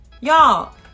Y'all